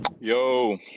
yo